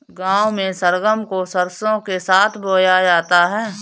गांव में सरगम को सरसों के साथ बोया जाता है